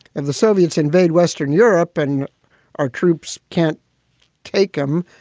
and the soviets invade western europe and our troops can't take them.